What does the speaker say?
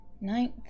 ninth